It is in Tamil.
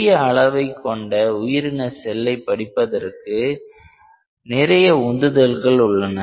சிறிய அளவை கொண்ட உயிரின செல்லை பற்றிப் படிப்பதற்கு நிறைய உந்துதல்கள் உள்ளன